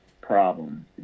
problem